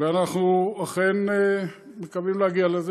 ואנחנו אכן מקווים להגיע לזה,